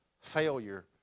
failure